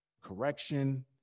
correction